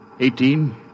Eighteen